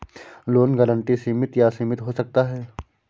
loan guarantee सीमित या असीमित हो सकता है